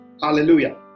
hallelujah